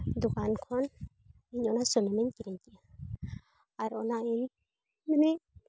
ᱫᱚᱠᱟᱱ ᱠᱷᱚᱱ ᱚᱱᱟ ᱥᱩᱱᱩᱢᱤᱧ ᱠᱤᱨᱤᱧ ᱠᱮᱫᱟ ᱟᱨ ᱚᱱᱟ ᱤᱧ ᱢᱟᱱᱮ